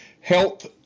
Health